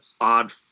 odd